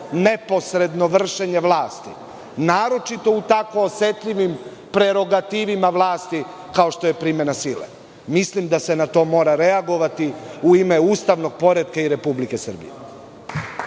neposredno vršenje vlasti, naročito u tako osetljivim prerogativima vlasti, kao što je primena sile. Mislim da se na to mora reagovati u ime ustavnog poretka i Republike Srbije.